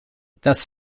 das